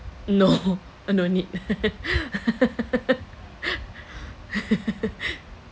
no oh no need